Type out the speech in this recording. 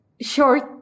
short